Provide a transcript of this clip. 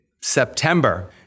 September